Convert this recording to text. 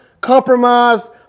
compromised